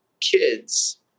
kids